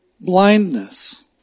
blindness